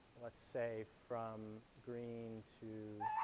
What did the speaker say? let's say from green to